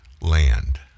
land